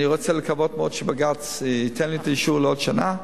אני מקווה מאוד שבג"ץ ייתן לי את האישור לעוד שנה,